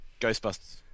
Ghostbusters